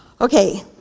Okay